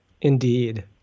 Indeed